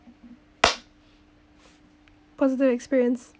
positive experience